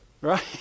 Right